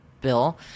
bill